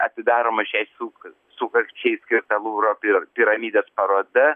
atidaroma šiai suka sukakčiai skirta luvro pira piramidės paroda